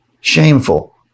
shameful